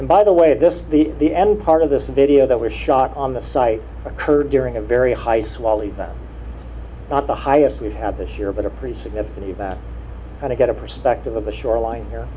and by the way this the the end part of this video that we shot on the site occurred during a very high swallow event not the highest we've had this year but a pretty significant event and to get a perspective of the shoreline here